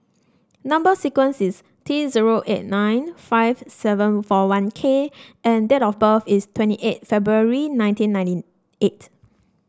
number sequence is T zero eight nine five seven four one K and date of birth is twenty eight February nineteen ninety eight